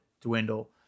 dwindle